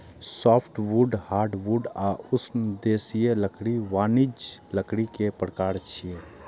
softwood, hardwood आ उष्णदेशीय लकड़ी वाणिज्यिक लकड़ी के प्रकार छियै